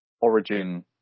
origin